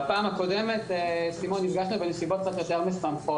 בפעם הקודמת נפגשנו בנסיבות קצת יותר משמחות,